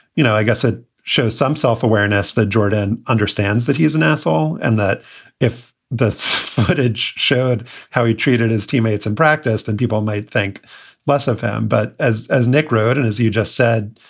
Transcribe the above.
you know, i guess it shows some self-awareness that jordan understands that he is an asshole and that if the footage showed how he treated his teammates in practice, then people might think less of him. but as as nick wrote, and as you just said,